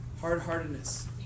Hard-heartedness